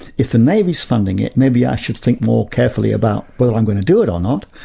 if the navy's funding it, maybe i should think more carefully about whether i'm going to do it or not.